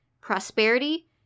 prosperity